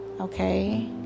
okay